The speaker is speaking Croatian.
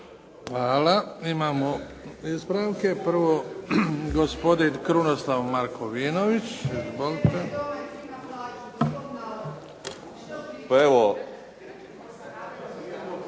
Hvala. Imamo ispravke. Prvo gospodin Krunoslav Markovinović. Izvolite.